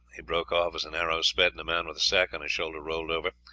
he broke off, as an arrow sped and a man with a sack on his shoulder rolled over.